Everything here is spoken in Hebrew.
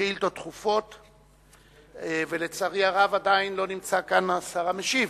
השר המשיב.